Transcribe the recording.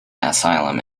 asylum